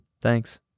Thanks